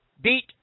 beat